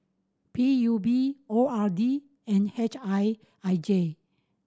P U B O R D and H I I J